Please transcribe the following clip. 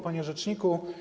Panie Rzeczniku!